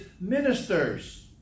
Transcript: ministers